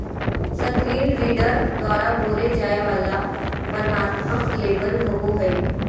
screen reader द्वारा बोलय जाय वला वर्णनात्मक लेबल होबो हइ